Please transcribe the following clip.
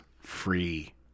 Free